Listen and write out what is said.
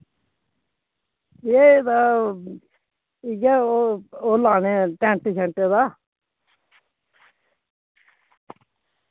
एह् इ'य्यै ओ ओह् लाने टैंट शैंटें दा